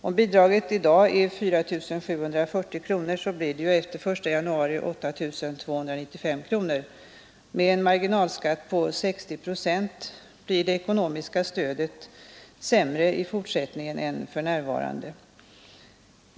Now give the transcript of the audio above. Om bidraget i dag är 4740 kronor blir det efter den 1 januari 8295 kronor. Med en marginalskatt på 60 procent blir det ekonomiska stödet sämre i fortsättningen än för närvarande.